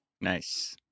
Nice